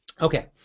Okay